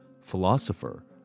philosopher